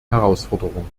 herausforderung